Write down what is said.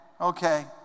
okay